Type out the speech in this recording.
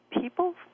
people